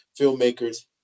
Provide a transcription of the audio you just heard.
filmmakers